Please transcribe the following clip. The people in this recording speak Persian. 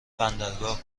بندرگاه